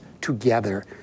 together